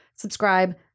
Subscribe